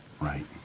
Right